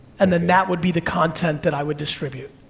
and then that would be the content that i would distribute.